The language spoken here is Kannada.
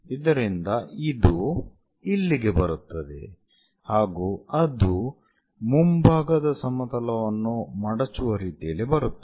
ಇದರಿಂದ ಇದು ಇಲ್ಲಿಗೆ ಬರುತ್ತದೆ ಹಾಗೂ ಅದು ಮುಂಭಾಗದ ಸಮತಲವನ್ನು ಮಡಚುವ ರೀತಿಯಲ್ಲಿ ಬರುತ್ತದೆ